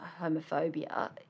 homophobia